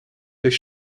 durch